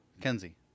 Kenzie